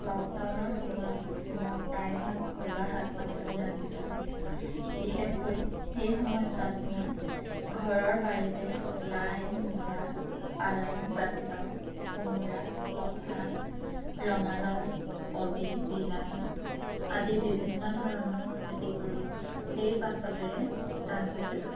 লকডাউনৰ সময়ত মই প্ৰায়ভাগ ঘৰুৱা শাক পাচলি ৰান্ধিছিলোঁ বিশেষকৈ সেই সময়চোৱাত মই ঘৰৰ বাৰীতে লাই মূলা পালেং জাতিলাও কোমোৰা লফা ৰঙালাও কবি বিলাহী আদি বিভিন্ন ধৰণৰ খেতি কৰি সেই পাচলিৰে ৰান্ধিছিলোঁ